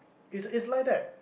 it's it's like that